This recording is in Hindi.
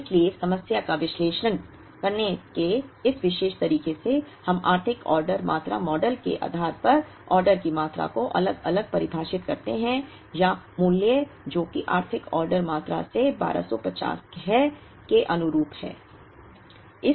इसलिए समस्या का विश्लेषण करने के इस विशेष तरीके से हम आर्थिक ऑर्डर मात्रा मॉडल के आधार पर ऑर्डर की मात्रा को अलग अलग परिभाषित करते हैं या मूल्य जो कि आर्थिक ऑर्डर मात्रा से 1250 है के अनुरूप है